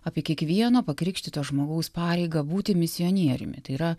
apie kiekvieno pakrikštyto žmogaus pareigą būti misionieriumi tai yra